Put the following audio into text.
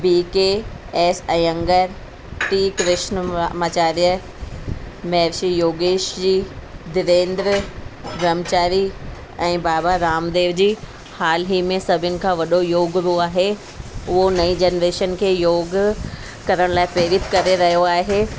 B K S Iyengar T Krishnamacharya Maharishi Yogesh ji Devendra Brahmachari ऐं बाबा रामदेव जी हाल ई में सभिनी खां वॾो योग गुरु आहे उहो नईं जनरेशन खे योग करण लाइ प्रेरित करे रहियो आहे